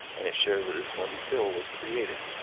and it shows us wendy hill was created.